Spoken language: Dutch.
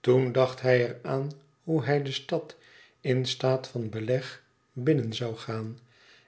toen dacht hij er aan hoe hij de stad in staat van beleg binnen zoû gaan